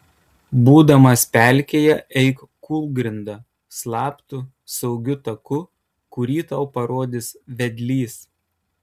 būdamas pelkėje eik kūlgrinda slaptu saugiu taku kurį tau parodys vedlys